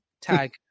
tag